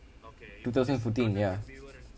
two thousand fourteen ya